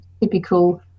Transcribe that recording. typical